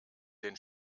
den